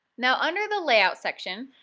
now under the layout section,